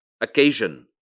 occasion